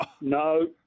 No